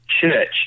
Church